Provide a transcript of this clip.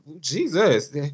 Jesus